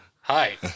Hi